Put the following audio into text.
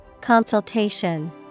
Consultation